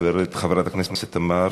פנה אלי חבר הכנסת עיסאווי